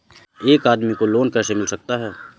एक आदमी को लोन कैसे मिल सकता है?